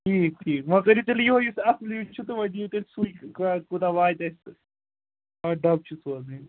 ٹھیٖک ٹھیٖک وۅنۍ کٔرِو تیٚلہِ یِہَے یُس اَصٕل ہِیٛوٗ چھُ تہٕ وۅنۍ دِیِو تُہۍ سُے کوٗتاہ واتہِ اَسہِ تہٕ کژھ ڈَبہٕ چھِ سوزٕنۍ